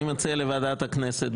אני מציע לוועדת הכנסת,